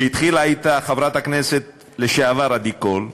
שהתחילה את חקיקתה חברת הכנסת לשעבר עדי קול,